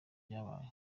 vyabaye